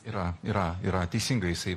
yra yra yra teisingai jisai